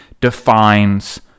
defines